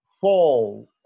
fall